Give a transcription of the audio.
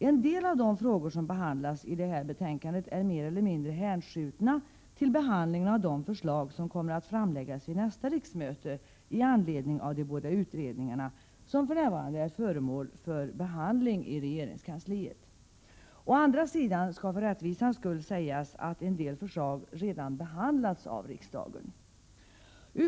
En del av de frågor som behandlas i detta betänkande är mer eller mindre hänskjutna till behandlingen av de förslag som kommer att framläggas vid nästa riksmöte i anledning av de båda utredningarna, som för närvarande är föremål för behandling i regeringskansliet. Å andra sidan skall för rättvisans skull sägas att en del förslag redan behandlats av riksdagen.